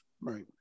Right